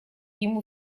ему